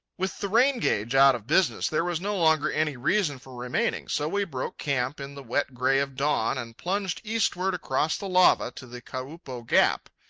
with the rain-gauge out of business there was no longer any reason for remaining so we broke camp in the wet-gray of dawn, and plunged eastward across the lava to the kaupo gap.